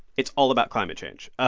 it's all about climate change. ah